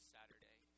Saturday